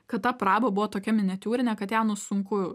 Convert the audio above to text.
kad ta praba buvo tokia miniatiūrinė kad ją nu sunku